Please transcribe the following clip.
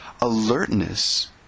alertness